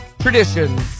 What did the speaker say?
Traditions